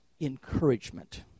encouragement